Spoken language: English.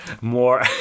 more